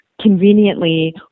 conveniently